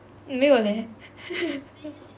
没有 leh